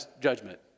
judgment